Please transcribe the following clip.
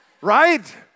right